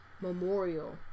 memorial